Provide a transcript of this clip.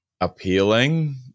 appealing